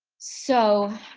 so,